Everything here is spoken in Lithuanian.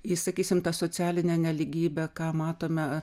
į sakysim tą socialinę nelygybę ką matome